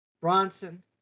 Bronson